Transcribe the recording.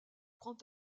prend